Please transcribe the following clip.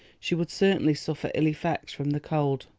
she would certainly suffer ill effects from the cold.